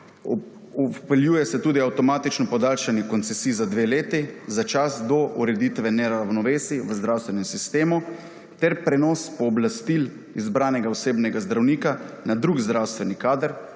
Vpeljuje se tudi avtomatično podaljšanje koncesij za dve leti, za čas do ureditve neravnovesij v zdravstvenem sistemu, ter prenos pooblastil izbranega osebnega zdravnika na drug zdravstveni kader